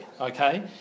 Okay